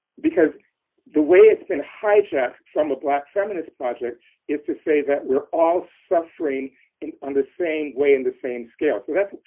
because the way it's been hijacked from a black feminist project is to say that we're all suffering in the and same way in the same scale. so that's,